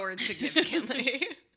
significantly